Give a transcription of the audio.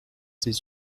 ses